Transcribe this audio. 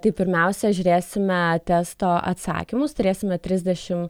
tai pirmiausia žiūrėsime testo atsakymus turėsime trisdešim